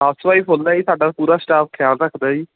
house wise full ਆ ਜੀ ਸਾਡਾ ਪੂਰਾ ਸਟਾਫ ਖਿਆਲ ਰੱਖਦਾ ਜੀ